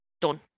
done